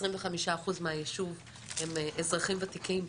25% מהישוב הם אזרחים ותיקים.